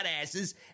asses